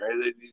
right